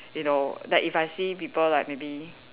you know like if I see people like maybe